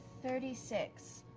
thirty six.